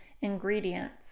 ingredients